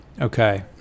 Okay